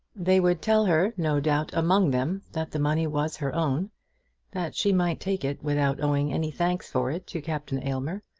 they would tell her, no doubt, among them, that the money was her own that she might take it without owing any thanks for it to captain aylmer.